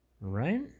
Right